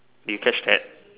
did you catch that